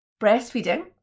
Breastfeeding